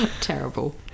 Terrible